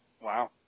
Wow